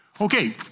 Okay